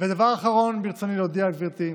דבר אחרון, ברצוני להודיע, גברתי,